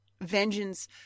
vengeance